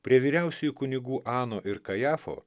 prie vyriausiųjų kunigų ano ir kajafo